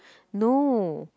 no